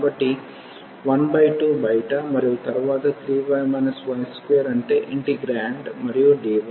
కాబట్టి 12 బయట మరియు తరువాత 3y y2 అంటే ఇంటిగ్రేండ్ మరియు dy